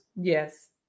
Yes